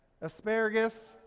Asparagus